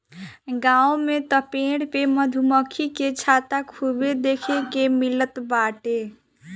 गांव में तअ पेड़ पे मधुमक्खी के छत्ता खूबे देखे के मिलत बाटे